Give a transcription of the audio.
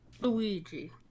Luigi